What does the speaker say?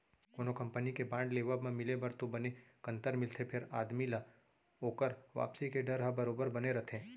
कोनो कंपनी के बांड लेवब म मिले बर तो बने कंतर मिलथे फेर आदमी ल ओकर वापसी के डर ह बरोबर बने रथे